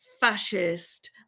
fascist